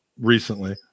recently